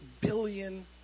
billion